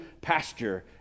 pasture